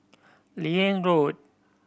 Liane Road